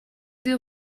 your